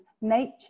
nature